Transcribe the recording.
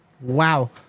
Wow